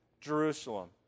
Jerusalem